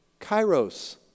kairos